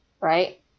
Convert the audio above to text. right